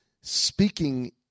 speaking